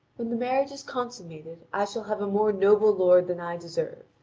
when the marriage is consummated, i shall have a more noble lord than i deserve.